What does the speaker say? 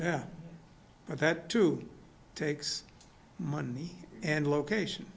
yeah but that too takes money and location